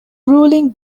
ruling